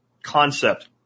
Concept